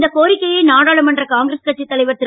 இந்த கோரிக்கையை நாடாளுமன்ற காங்கிரஸ் கட்சித் தலைவர் திரு